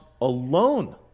alone